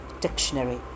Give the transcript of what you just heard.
Dictionary